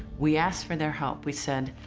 we asked for their help. we said,